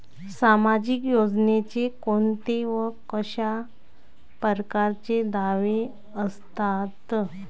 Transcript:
सामाजिक योजनेचे कोंते व कशा परकारचे दावे असतात?